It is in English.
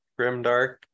Grimdark